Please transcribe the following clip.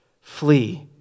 Flee